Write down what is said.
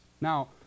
Now